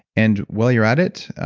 and while you're at it,